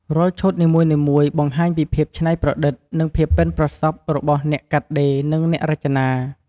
រាល់ឈុតនីមួយៗបង្ហាញពីភាពច្នៃប្រឌិត និងភាពប៉ិនប្រសប់របស់អ្នកកាត់ដេរ និងអ្នករចនា។